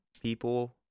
people